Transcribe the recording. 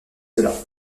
cela